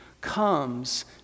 comes